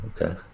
Okay